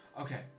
Okay